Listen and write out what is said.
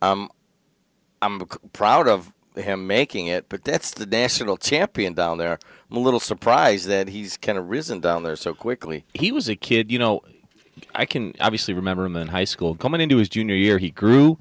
fall i'm proud of him making it but that's the decimal champion down there a little surprised that he's kind of risen down there so quickly he was a kid you know i can obviously remember him in high school coming into his junior year he grew